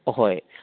ꯑꯍꯣꯏ